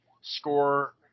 score